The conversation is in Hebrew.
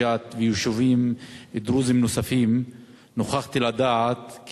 ג'ת ויישובים דרוזיים נוספים נוכחתי לדעת כי